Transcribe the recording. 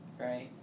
right